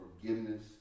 forgiveness